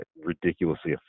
ridiculously